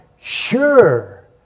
sure